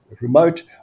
remote